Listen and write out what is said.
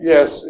Yes